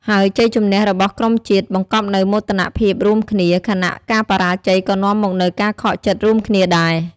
ហើយជ័យជម្នះរបស់ក្រុមជាតិ បង្កប់នូវមោទនភាពរួមគ្នា ខណៈការបរាជ័យក៏នាំមកនូវការខកចិត្តរួមគ្នាដែរ។